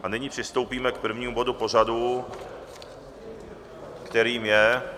A nyní přistoupíme k prvnímu bodu pořadu, kterým je